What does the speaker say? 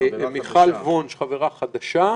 מיכל וונש חברה חדשה,